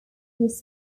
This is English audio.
his